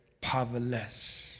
powerless